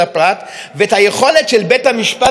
ואת היכולת של בית המשפט העליון,